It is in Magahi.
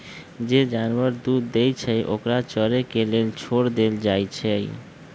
जे जानवर दूध देई छई ओकरा चरे के लेल छोर देल जाई छई